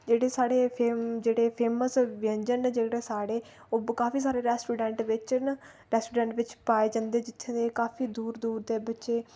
जेह्ड़े साढ़े जेह्ड़े फेमस व्यंजन न जेह्ड़े साढ़े ओह् काफी सारे रैस्टोरैंट बिच न रैस्टोरैंट बिच पाए जन्दे जित्थें दे काफी दूर दूर दे बच्चे